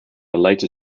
later